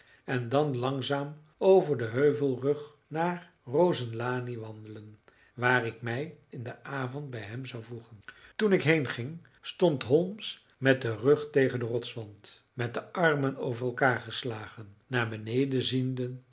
en dan langzaam over den heuvelrug naar rosenlani wandelen waar ik mij in den avond bij hem zou voegen toen ik heenging stond holmes met den rug tegen den rotswand met de armen over elkaar geslagen naar beneden ziende